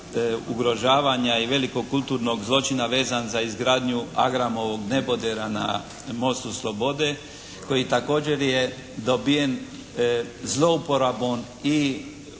ugrožavanja i velikog kulturnog zločina vezan za izgradnju "Agramovog" nebodera na mostu "Slobode" koji također je dobiven zlouporabom i